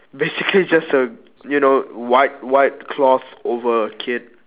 basically just a you know white white cloth over a kid